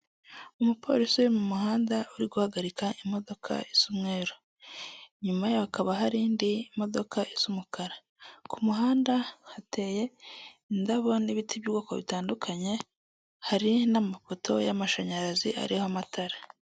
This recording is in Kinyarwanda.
Umupolisi uri mu muhanda uri guhagarika imodoka isa umweru, inyuma yaho hakaba hari indi modoka isa umukara, ku muhanda hateye indabo n'ibiti by'ubwoko bitandukanye hari n'amapoto y'amashanyarazi ariho amatara.